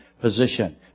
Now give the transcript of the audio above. position